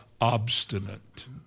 obstinate